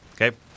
Okay